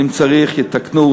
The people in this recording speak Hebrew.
אם צריך יתקנו,